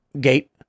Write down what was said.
gate